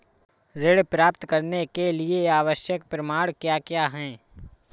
ऋण प्राप्त करने के लिए आवश्यक प्रमाण क्या क्या हैं?